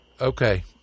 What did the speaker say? Okay